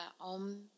om